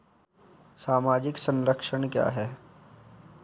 सामाजिक संरक्षण क्या है?